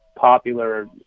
popular